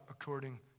according